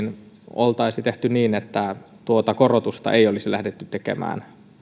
oltaisiin tehty niin että tuota korotusta ei olisi lähdetty tekemään